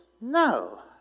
no